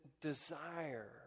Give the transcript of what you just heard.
desire